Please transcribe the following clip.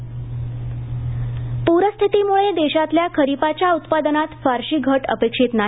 खरिप प्रस्थितीमुळे देशातल्या खरिपाच्या उत्पादनात फारशी घट अपेक्षित नाही